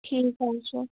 ٹھیٖک حظ چھُ